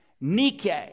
Nike